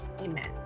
amen